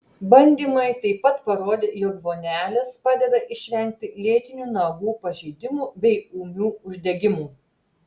bandymai taip pat parodė jog vonelės padeda išvengti lėtinių nagų pažeidimų bei ūmių uždegimų